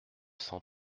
cent